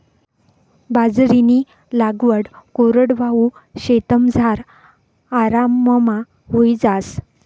बाजरीनी लागवड कोरडवाहू शेतमझार आराममा व्हयी जास